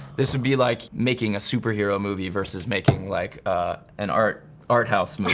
this would be like making a superhero movie versus making like ah an art art house movie.